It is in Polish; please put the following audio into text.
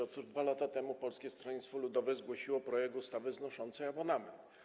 Otóż 2 lata temu Polskie Stronnictwo Ludowe zgłosiło projekt ustawy znoszącej abonament.